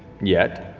yet.